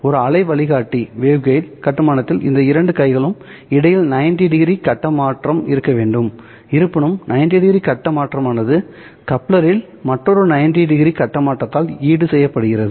ஒரு அலை வழிகாட்டி கட்டுமானத்தில் இந்த இரண்டு கைகளுக்கும் இடையில் 90 டிகிரி கட்ட மாற்றம் இருக்க வேண்டும் இருப்பினும் 90 டிகிரி கட்ட மாற்றமானது கப்ளரில் மற்றொரு 90 டிகிரி கட்ட மாற்றத்தால் ஈடுசெய்யப்படுகிறது